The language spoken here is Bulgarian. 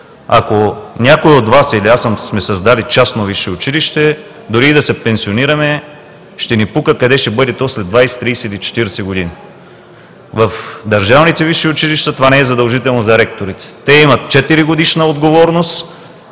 Ако някой от Вас или аз сме създали частно висше училище, дори и да се пенсионираме, ще ни пука къде ще бъде то след 20, 30 или 40 години. В държавните висши училища това не е задължително за ректорите. Те имат 4-годишна отговорност.